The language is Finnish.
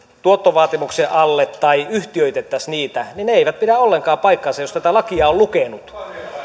tuottovaatimuksen alle tai yhtiöitettäisiin niitä ei pidä ollenkaan paikkaansa jos tätä lakia on lukenut